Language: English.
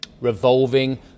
revolving